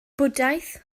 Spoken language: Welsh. bwdhaeth